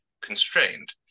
constrained